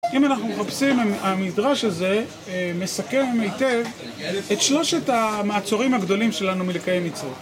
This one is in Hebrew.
אם אנחנו מחפשים, המדרש הזה מסכם היטב את שלושת המעצורים הגדולים שלנו מלקיים מצוות